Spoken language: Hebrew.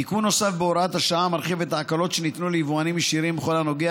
תיקון נוסף בהוראת השעה מרחיב את ההקלות שניתנו ליבואנים ישירים בכל הנוגע